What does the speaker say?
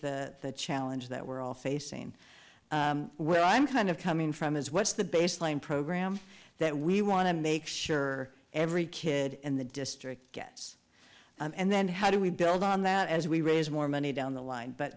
appreciate the challenge that we're all facing where i'm kind of coming from is what's the baseline program that we want to make sure every kid in the district gets and then how do we build on that as we raise more money down the line but